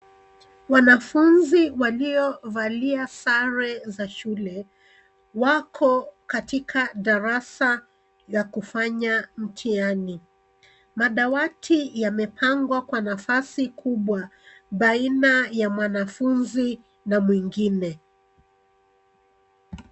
Wanafunzi waliovalia sare za shule wako katika darasa ya kufanya mtihani. Madawati yamepangwa kwa nafasi kubwa baina ya mwanafunzi na mwingine.